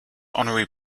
honorary